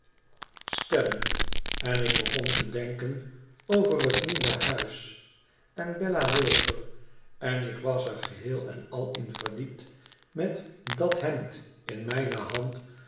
stellen en ik begon te denken over het nieuwre huis en bella wilfer en ik was er geheel en al in verdiept met dat hemd in mijne hand